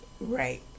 Right